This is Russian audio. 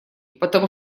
потому